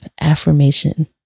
affirmation